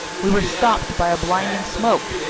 we were stopped by a blinding smoke.